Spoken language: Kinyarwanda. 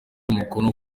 umukono